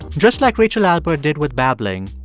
just like rachel albert did with babbling,